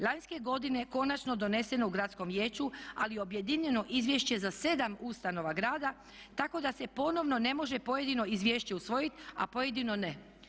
Lanjske godine je konačno doneseno u gradskom vijeću ali objedinjeno izvješće za 7 ustanova grada tako da se ponovno ne možemo pojedino izvješće usvojit a pojedino ne.